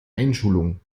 einschulung